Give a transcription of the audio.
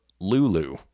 Lulu